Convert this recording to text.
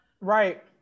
right